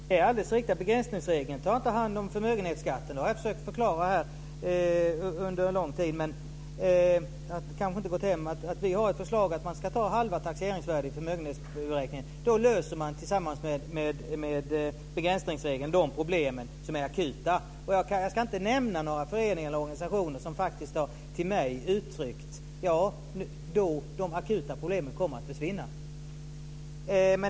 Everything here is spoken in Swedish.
Fru talman! Det är alldeles riktigt att begränsningsregeln inte tar hand om förmögenhetsskatten. Det har jag försökt förklara under lång tid, men det kanske inte har gått hem att vi har ett förslag att man ska ta med halva taxeringsvärdet i förmögenhetsberäkningen. Då löser man, tillsammans med begränsningsregeln, de problem som är akuta. Jag ska inte nämna några föreningar eller organisationer som har uttryckt till mig att de akuta problemen då kommer att försvinna.